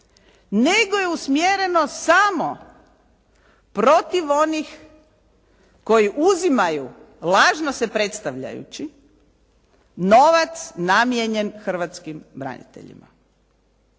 nego je usmjereno samo proti onih koji uzimaju, lažno se predstavljajući novac namijenjen hrvatskim braniteljima.